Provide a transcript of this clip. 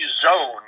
zone